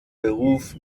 beruf